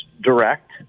direct